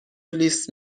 لیس